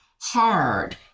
Hard